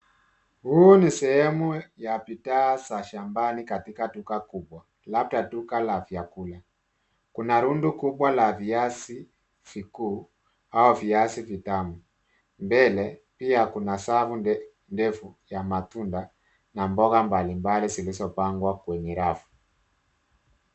Huu ni sehemu ya bidhaa za shambani katika duka kubwa, labda duka la vyakula. Kuna rundo kubwa la viazi vikuu au viazi vitamu. Mbele pia kuna safu ndefu ya matunda na mboga mbalimbali zilizopangwa kwenye rafu.